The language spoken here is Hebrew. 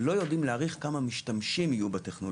באמת לא יודעים להעריך כמה משתמשים יהיו להן.